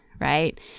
right